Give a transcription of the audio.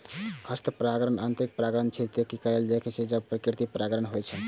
हस्त परागण यांत्रिक परागण छियै, जे तब कैल जाइ छै, जब प्राकृतिक परागण नै होइ छै